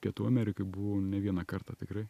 pietų amerikoj buvau ne vieną kartą tikrai